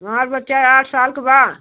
हमारा बच्चा आठ साल का बड़ा